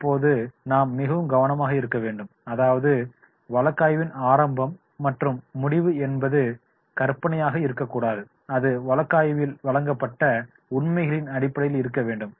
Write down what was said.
இப்போது நாம் மிகவும் கவனமாக இருக்க வேண்டும் அதாவது வழக்காய்வின் ஆரம்பம் மற்றும் முடிவு என்பது கற்பனையாக இருக்கக்கூடாது அது வழக்காய்வில் வழங்கப்பட்ட உண்மைகளின் அடிப்படையில் இருக்க வேண்டும்